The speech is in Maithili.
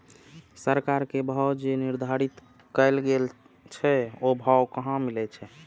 सरकार के भाव जे निर्धारित कायल गेल छै ओ भाव कहाँ मिले छै?